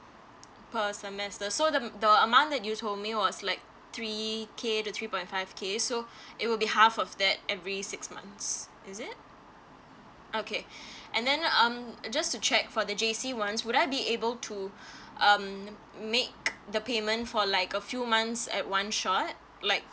per semester so the the amount that you told me was like three k the three point five k so it would be half of that every six months is it okay and then um just to check for the J_C ones would I be able to um make the payment for like a few months at one shot like